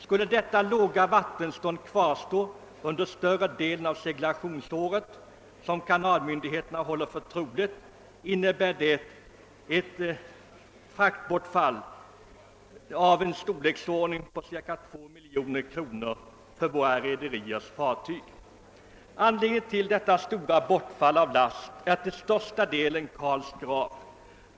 Skulle detta låga vattenstånd kvarstå under större delen av seglationsåret, som kanalmyndigheterna håller för troligt, innebär det ett fraktbortfall av storleksordningen 2 milj.kr.nor för våra rederiers fartyg. Anledningen till detta stora bortfall av last är till största delen Karls Grav.